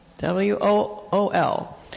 W-O-O-L